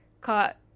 caught